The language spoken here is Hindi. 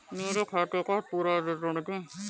मेरे खाते का पुरा विवरण दे?